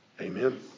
Amen